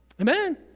Amen